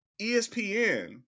ESPN